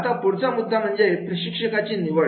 आता पुढचा मुद्दा म्हणजे प्रशिक्षकाची निवड